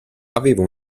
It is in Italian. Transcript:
aveva